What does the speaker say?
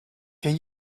can